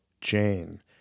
Jane